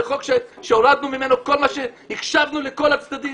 זה חוק שהורדנו ממנו, הקשבנו לכל הצדדים,